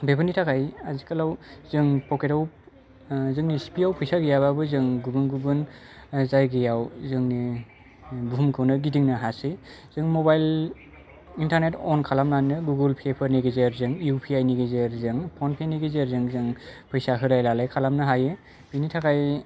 बेफोरनि थाखाय आथिखालाव जों पकेटआव जोंनि सिफियाव फैसा गैयाबाबो जों गुबुन जायगायाव जोंनि बुहुमखौनो गिदिंनो हासै जों मबाइल इन्टारनेट अन खालामनानैनो गुगोल पे फोरनि गेजेरजों इउ पि आइ नि गेजेरजों फनपे नि गेजेरजों जों फैसा होलाय लालाय खालामनो हायो बेनि थाखाय